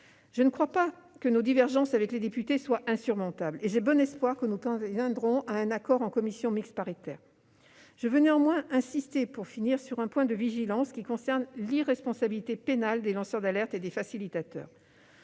Je ne pense pas que nos divergences avec les députés soient insurmontables et j'ai bon espoir que nous parvenions à un accord en commission mixte paritaire. Je veux néanmoins insister, pour finir, sur un point de vigilance, qui concerne l'irresponsabilité pénale des lanceurs d'alerte et des facilitateurs.